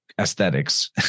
aesthetics